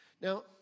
Now